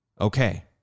Okay